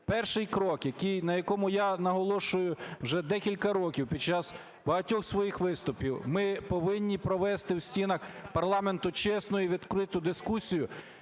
перший крок, на якому я наголошую вже декілька під час багатьох своїх виступів, ми повинні провести в стінах парламенту чесну і відкриту дискусію